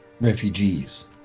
refugees